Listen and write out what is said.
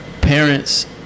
parents